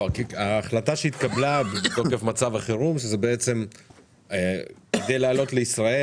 ההחלטה שהתקבלה מתוקף מצב החירום היא שכדי לעלות לישראל